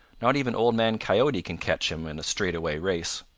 not even old man coyote can catch him in a straightaway race.